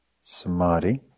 samadhi